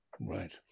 Right